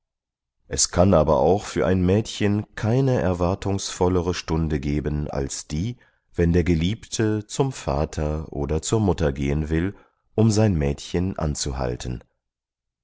es kann aber auch für ein mädchen keine erwartungsvollere stunde geben als die wenn der geliebte zum vater oder zur mutter gehen will um sein mädchen anzuhalten